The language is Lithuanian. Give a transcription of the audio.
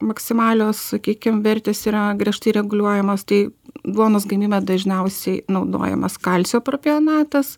maksimalios sakykim vertės yra griežtai reguliuojamos tai duonos gamyboj dažniausiai naudojamas kalcio propionatas